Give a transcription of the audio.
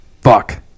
Fuck